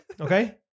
Okay